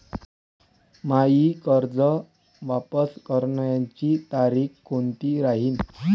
मायी कर्ज वापस करण्याची तारखी कोनती राहीन?